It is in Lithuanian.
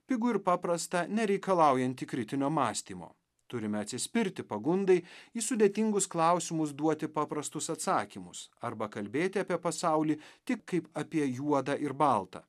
pigų ir paprastą nereikalaujantį kritinio mąstymo turime atsispirti pagundai į sudėtingus klausimus duoti paprastus atsakymus arba kalbėti apie pasaulį tik kaip apie juodą ir baltą